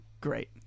great